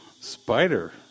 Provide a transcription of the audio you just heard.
spider